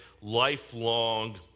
lifelong